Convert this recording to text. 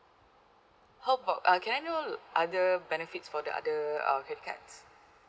how about uh can I know other benefits for the other uh credit cards